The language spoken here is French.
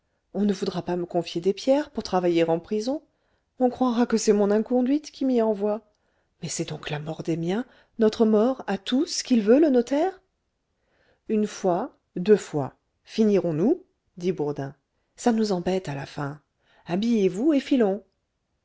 on ne voudra pas me confier des pierres pour travailler en prison on croira que c'est mon inconduite qui m'y envoie mais c'est donc la mort des miens notre mort à tous qu'il veut le notaire une fois deux fois finirons nous dit bourdin ça nous embête à la fin habillez-vous et filons